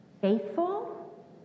faithful